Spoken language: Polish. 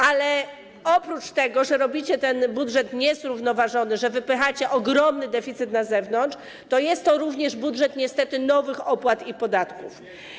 Ale oprócz tego, że robicie ten budżet niezrównoważony, że wypychacie ogromny deficyt na zewnątrz, to jest to również budżet niestety nowych opłat i podatków.